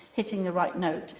hitting the right note,